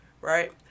right